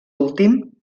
últim